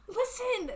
listen